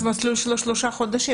אז המסלול שלו שלושה חודשים,